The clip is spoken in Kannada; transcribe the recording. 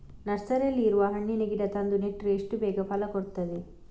ನರ್ಸರಿನಲ್ಲಿ ಇರುವ ಹಣ್ಣಿನ ಗಿಡ ತಂದು ನೆಟ್ರೆ ಎಷ್ಟು ಬೇಗ ಫಲ ಕೊಡ್ತದೆ